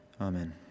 Amen